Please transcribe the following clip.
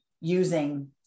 using